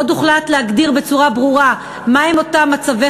עוד הוחלט להגדיר בצורה ברורה מה הם אותם מצבי